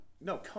No